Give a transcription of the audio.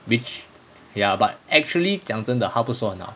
which ya but 讲真的他不是说很好